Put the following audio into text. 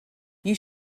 you